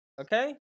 okay